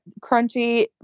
crunchy